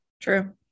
true